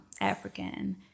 African